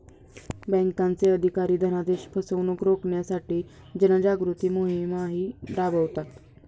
बँकांचे अधिकारी धनादेश फसवणुक रोखण्यासाठी जनजागृती मोहिमाही राबवतात